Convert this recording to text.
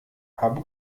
habe